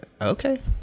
okay